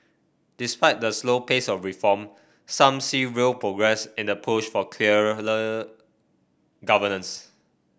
despite the slow pace of reform some see real progress in the push for governance